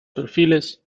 perfiles